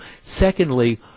Secondly